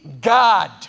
God